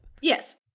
Yes